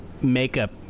makeup